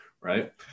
right